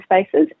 spaces